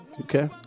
Okay